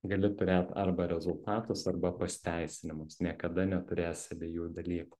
gali turėt arba rezultatus arba pasiteisinimus niekada neturėsi abiejų dalykų